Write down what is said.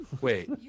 Wait